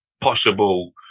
possible